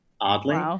oddly